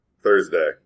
Thursday